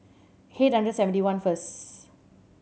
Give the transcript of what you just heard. eight hundred and seventy one first